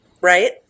right